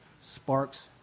sparks